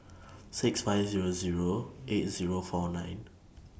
six five Zero Zero eight Zero four nine